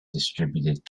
distributed